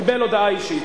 קיבל הודעה אישית.